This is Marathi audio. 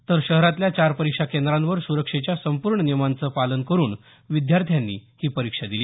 तर शहरातल्या चार परीक्षा केंद्रांवर सुरक्षेच्या संपूर्ण नियमांचं पालन करून विद्यार्थ्यांनी ही परीक्षा दिली